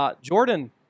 Jordan